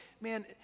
man